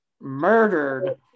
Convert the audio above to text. murdered